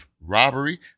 robbery